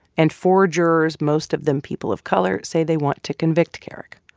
and four jurors, most of them people of color, say they want to convict kerrick.